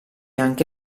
anche